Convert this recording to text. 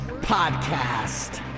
Podcast